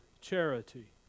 Charity